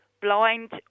blind